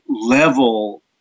level